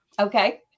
Okay